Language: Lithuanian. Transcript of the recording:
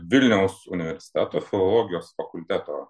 vilniaus universiteto filologijos fakulteto